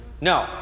No